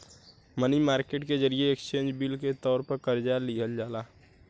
मनी market के जरिए exchange bill के तौर पर कर्जा लिहल जाला